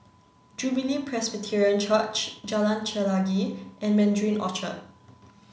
Jubilee Presbyterian Church Jalan Chelagi and Mandarin Orchard